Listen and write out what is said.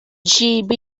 stands